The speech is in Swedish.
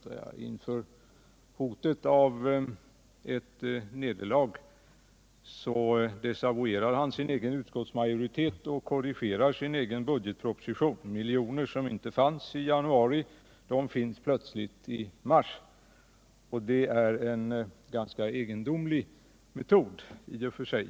Inför hotet om ett nederlag desavuerar han sin egen utskottsmajoritet och korrigerar sin egen budgetproposition. Miljoner som inte fanns i januari finns plötsligt i mars. Det är en ganska egendomlig metod.